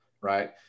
right